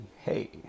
Hey